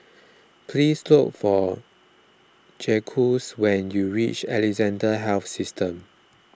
please look for Jacquez when you reach Alexandra Health System